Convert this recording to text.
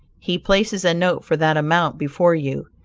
he places a note for that amount before you.